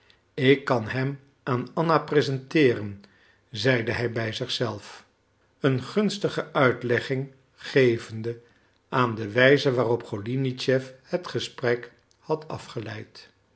ik kan hem aan anna presenteeren zeide hij bij zich zelf een gunstige uitlegging gevende aan de wijze waarop golinitschef het gesprek had afgeleid